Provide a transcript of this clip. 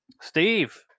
Steve